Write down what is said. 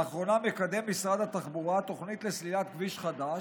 לאחרונה מקדם משרד התחבורה תוכנית לסלילת כביש חדש,